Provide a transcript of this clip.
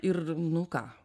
ir nu ką